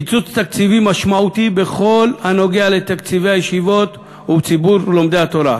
יש קיצוץ תקציבי משמעותי בכל הנוגע לתקציבי הישיבות וציבור לומדי התורה,